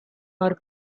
are